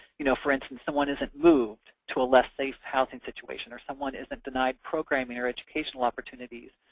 you know for instance, someone isn't moved to a less safe housing situation, or someone isn't denied programming or educational opportunities,